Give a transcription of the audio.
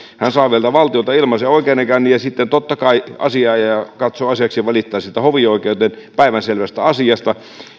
epäilty saa vielä valtiolta ilmaisen oikeudenkäynnin ja sitten totta kai asianajaja katsoo asiakseen valittaa siitä hovioikeuteen päivänselvästä asiasta